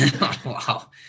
Wow